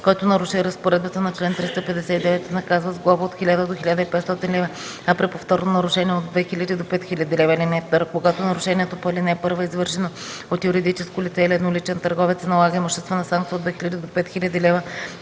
Който наруши разпоредба на чл. 359, се наказва с глоба от 1000 до 1500 лв., а при повторно нарушение – от 2000 до 5000 лв. (2) Когато нарушението по ал. 1 е извършено от юридическо лице или едноличен търговец, се налага имуществена санкция от 2000 до 5000 лв.,